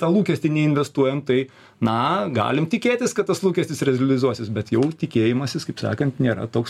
tą lūkestį neinvestuojam tai na galim tikėtis kad tas lūkestis realizuosis bet jau tikėjimasis kaip sakant nėra toks